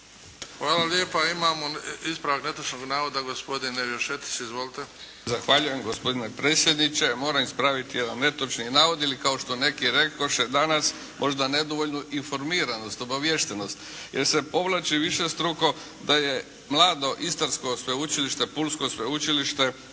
Hvala lijepa. Imamo ispravak netočnog navoda gospodin Nevio Šetić. Izvolite! **Šetić, Nevio (HDZ)** Zahvaljujem gospodine predsjedniče. Moram ispraviti jedan netočni navod ili kao što neki rekoše danas možda nedovoljnu informiranost, obaviještenost. Jer se povlači višestruko da je mlado Istarsko sveučilište, Pulsko sveučilište